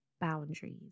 boundaries